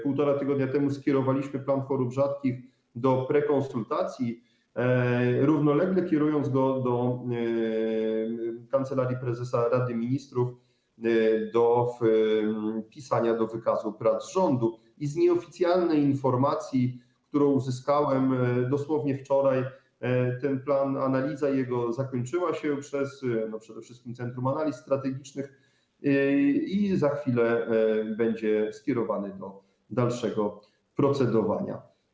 Półtora tygodnia temu skierowaliśmy plan chorób rzadkich do prekonsultacji, równolegle kierując go do Kancelarii Prezesa Rady Ministrów do wpisania do wykazu prac rządu i z nieoficjalnej informacji, którą uzyskałem dosłownie wczoraj: zakończyła się analiza tego planu, przede wszystkim przez Centrum Analiz Strategicznych, i za chwilę będzie on skierowany do dalszego procedowania.